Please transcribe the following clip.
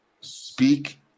speak